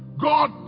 God